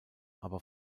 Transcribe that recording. aber